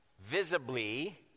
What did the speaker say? visibly